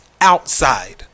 outside